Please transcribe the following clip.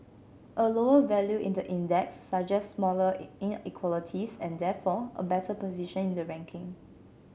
a lower value in the index suggests smaller in inequalities and therefore a better position in the ranking